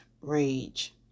rage